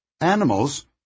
Animals